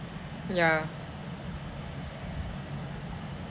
mm ya